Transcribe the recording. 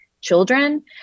children